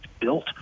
built